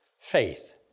faith